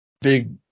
big